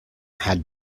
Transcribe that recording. had